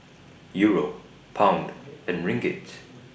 Euro Pound and Ringgit